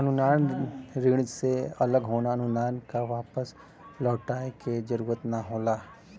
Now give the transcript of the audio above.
अनुदान ऋण से अलग होला अनुदान क वापस लउटाये क जरुरत ना होला